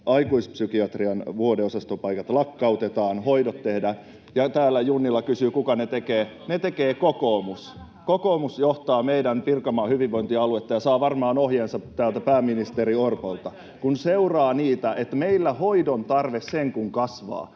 aikuispsykiatrian vuodeosastopaikat lakkautetaan... [Vilhelm Junnilan välihuuto] — Ja täällä Junnila kysyy, kuka ne tekee. Ne tekee kokoomus. Kokoomus johtaa meidän Pirkanmaan hyvinvointialuetta ja saa varmaan ohjeensa täältä pääministeri Orpolta. — Kun seuraa sitä, että meillä hoidon tarve sen kun kasvaa